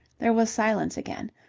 there was silence again.